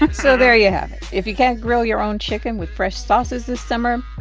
so there you have it. if you can't grill your own chicken with fresh sauces this summer,